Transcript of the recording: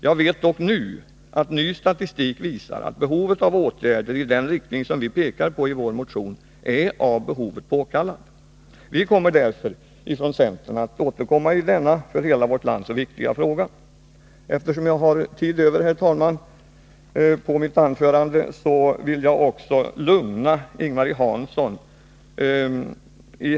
Jag vet dock nu att ny statistik visar att åtgärder i den riktning som vi pekar på i vår motion är av behovet påkallade. Vi kommer därför ifrån centern att återkomma i denna för hela vårt land så viktiga fråga. Herr talman! Eftersom jag har tid över för mitt anförande, vill jag också lugna Ing-Marie Hansson.